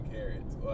Carrots